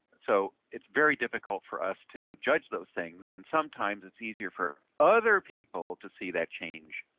so it's very difficult for us to judge those things, and sometimes it's easier for other people to see that change.